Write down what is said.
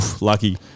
Lucky